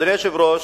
אדוני היושב-ראש,